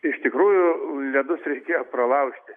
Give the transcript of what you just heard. iš tikrųjų ledus reikėjo pralaužti